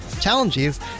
Challenges